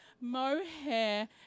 mohair